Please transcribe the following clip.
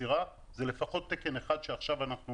הסירה זה לפחות תקן אחד שעכשיו אנחנו